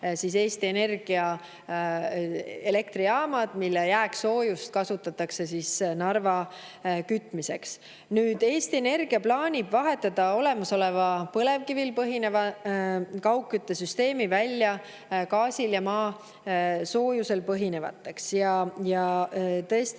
on Eesti Energia elektrijaamad, mille jääksoojust kasutatakse Narva kütmiseks. Nüüd, Eesti Energia plaanib vahetada olemasoleva põlevkivil põhineva kaugküttesüsteemi välja gaasil ja maasoojusel põhinevate vastu.